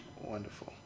Wonderful